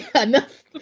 enough